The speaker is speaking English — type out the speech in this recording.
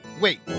Wait